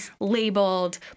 labeled